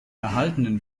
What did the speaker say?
erhaltenen